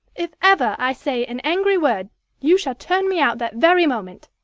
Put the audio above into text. if ever i say an angry word you shall turn me out that very moment.